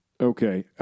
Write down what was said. Okay